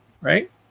right